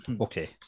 Okay